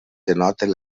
denoten